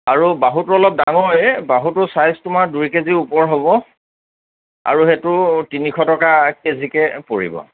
আৰু বাহুটো অলপ ডাঙৰেই বাহুটো ছাইজ তোমাৰ দুই কেজিৰ ওপৰৰ হ'ব আৰু সেইটো তিনিশ টকা কেজিকৈ পৰিব